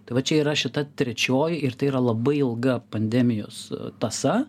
tai va čia yra šita trečioji ir tai yra labai ilga pandemijos tąsa